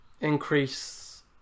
increase